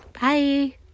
Bye